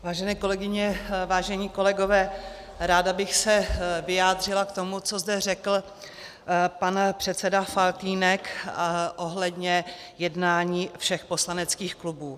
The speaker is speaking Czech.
Vážené kolegyně, vážení kolegové, ráda bych se vyjádřila k tomu, co zde řekl pan předseda Faltýnek ohledně jednání všech poslaneckých klubů.